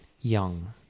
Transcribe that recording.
young